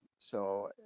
so,